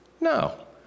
No